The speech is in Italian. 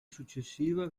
successiva